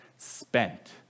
spent